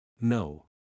No